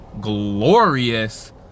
glorious